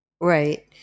Right